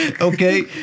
Okay